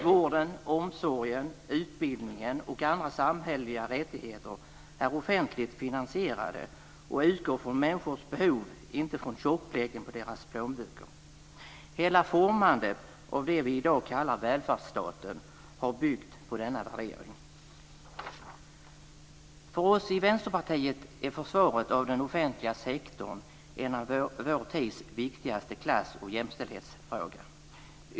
Vården, omsorgen, utbildningen och andra samhälleliga rättigheter är offentligt finansierade och utgår från människors behov, inte från tjockleken på deras plånböcker. Hela formandet av det vi i dag kallar välfärdsstaten har byggt på denna värdering. För oss i Vänsterpartiet är försvaret av den offentliga sektorn en av vår tids viktigaste klass och jämställdhetsfrågor.